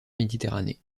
méditerranée